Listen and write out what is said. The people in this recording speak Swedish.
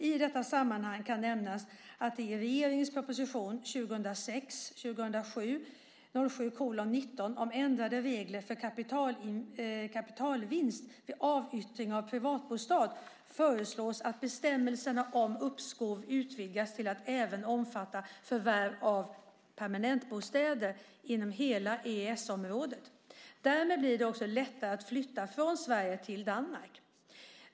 I detta sammanhang kan nämnas att det i regeringens proposition 2006/07:19 om ändrade regler för kapitalvinst vid avyttring av privatbostad föreslås att bestämmelserna om uppskov utvidgas till att även omfatta förvärv av permanentbostäder inom hela EES-området. Därmed blir det lättare att flytta från Sverige till Danmark.